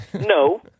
No